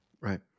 Right